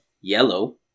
Yellow